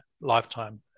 lifetime